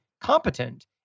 competent